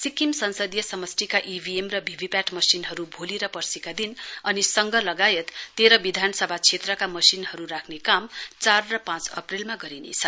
सिक्किम संसदीय समष्टिका इभीएम र भीभीपीएटी मसिनहरू भोलि र पर्सीका दिन अनि सङ्घ लगायत तेह्र विधानसभा क्षेत्रका मशिनहरू राख्ने काम चार र पाँच अप्रेलमा गरिनेछ